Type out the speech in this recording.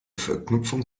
verknüpfung